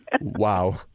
Wow